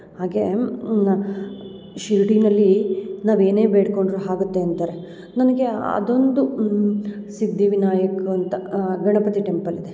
ಹಾಗೇ ಶಿರಡಿನಲ್ಲೀ ನಾವು ಏನೇ ಬೇಡ್ಕೊಂಡ್ರೂ ಆಗುತ್ತೆ ಅಂತಾರೆ ನನಗೆ ಅದೊಂದು ಸಿದ್ಧಿವಿನಾಯಕ ಅಂತ ಗಣಪತಿ ಟೆಂಪಲ್ ಇದೆ